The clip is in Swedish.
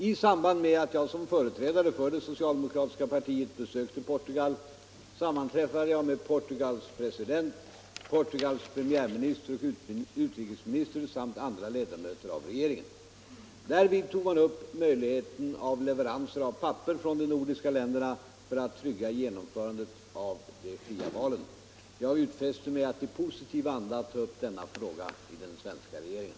I samband med att jag som företrädare för det socialdemokratiska partiet besökte Portugal sammanträffade jag med Portugals president, Portugals premiärminister och utrikesminister samt andra ledamöter av regeringen. Därvid tog man upp möjligheten av leveranser av papper från de nordiska länderna för att trygga genomförandet av de fria valen. Jag utfäste mig att i positiv anda ta upp denna fråga i den svenska regeringen.